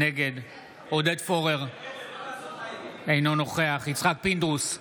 נגד עודד פורר, אינו נוכח יצחק פינדרוס,